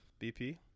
BP